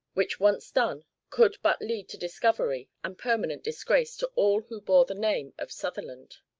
which once done could but lead to discovery and permanent disgrace to all who bore the name of sutherland.